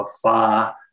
afar